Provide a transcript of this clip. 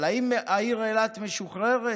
אבל האם העיר אילת משוחררת?